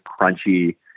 crunchy